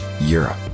Europe